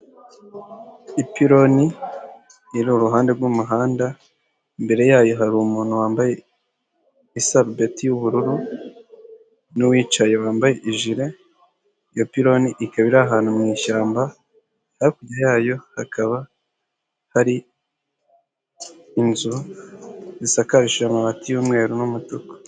Ipironi iri uruhande rw'umuhanda, imbere yayo hari umuntu wambaye isarubeti y'ubururu, n'uwicaye wambaye ijire, iyo pironi ikaba iri ahantu mu shyamba, hakurya yayo hakaba hari inzu zisakarishije amabati y'umweru n'umutuku.